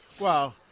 Wow